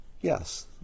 Yes